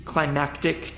Climactic